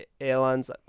airlines